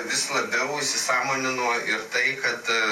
vis labiau įsisąmoninu ir tai kad